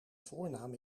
voornaam